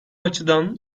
açıdan